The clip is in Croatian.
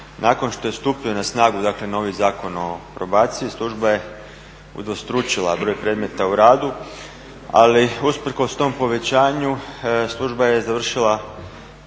Nakon što je stupio na snagu, dakle novi Zakon o probaciji služba je udvostručila broj predmeta u radu. Ali usprkos tom povećanju služba je završila